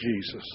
Jesus